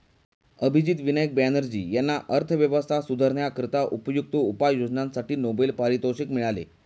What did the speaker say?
अभिजित विनायक बॅनर्जी यांना अर्थव्यवस्था सुधारण्याकरिता उपयुक्त उपाययोजनांसाठी नोबेल पारितोषिक मिळाले